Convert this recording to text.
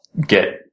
get